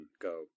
go